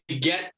get